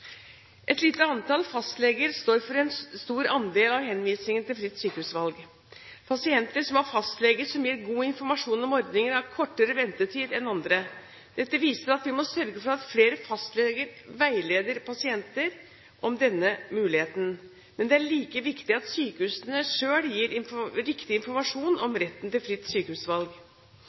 Et lite antall fastleger står for en stor andel av henvisningene til fritt sykehusvalg. Pasienter som har fastleger som gir god informasjon om ordningen, har kortere ventetid enn andre. Dette viser at vi må sørge for at flere fastleger veileder pasienter om denne muligheten. Men det er like viktig at sykehusene selv gir riktig informasjon om retten til fritt sykehusvalg.